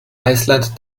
islands